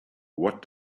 what